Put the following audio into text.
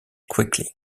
quickly